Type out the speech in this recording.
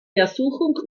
versuchung